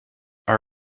our